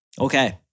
Okay